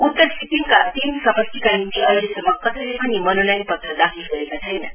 उत्तर सिक्किमका तीन समस्टिका निम्ति अहिलेसम्म कसैले पनि मनोनयन पत्र दाखिल गरेको छैनन्